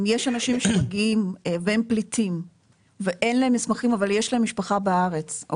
אם יש אנשים שמגיעים והם פליטים ואין להם מסמכים אבל יש להם משפחה בארץ,